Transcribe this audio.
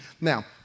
Now